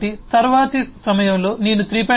కాబట్టి తరువాతి సమయంలో నేను 3